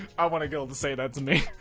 i want a girl to say that to me